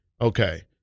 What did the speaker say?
okay